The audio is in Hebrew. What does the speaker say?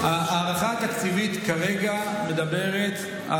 ההערכה התקציבית כרגע מדברת,